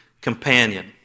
companion